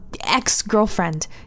ex-girlfriend